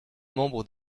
membres